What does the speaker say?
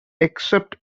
except